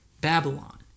Babylon